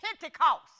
Pentecost